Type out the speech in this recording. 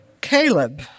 Caleb